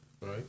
right